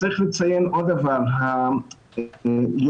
צריך לציין עוד דבר, היולדות